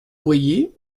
boyer